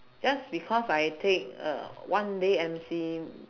just because I take uh one day M_C